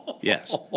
Yes